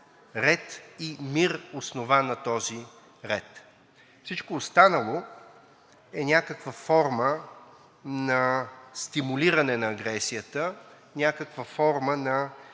ред и мир, основан на този ред. Всичко останало е някаква форма на стимулиране на агресията, някаква форма на